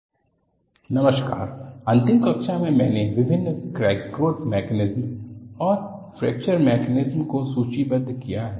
clarification on the fatigue growth model पिछले कक्षा में मैंने विभिन्न क्रैक ग्रोथ मैकेनिज्मस और फ्रैक्चर मैकेनिज्मस को सूचीबद्ध किया है